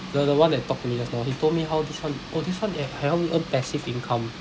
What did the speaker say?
the the one that talked to me just now he told me how this one oh this one help can help me earn passive income